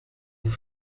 vous